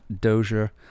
dozier